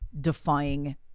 defying